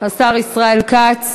השר ישראל כץ,